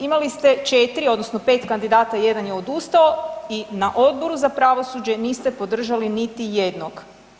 Imali ste 4 odnosno 5 kandidata, jedan je odustao i na Odboru za pravosuđe niste podržali niti jednog.